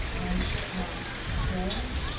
and one swirl.